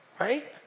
Right